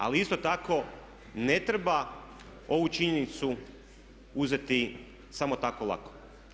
Ali isto tako ne treba ovu činjenicu uzeti samo tako lako.